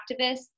activists